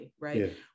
right